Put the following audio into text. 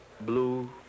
Blue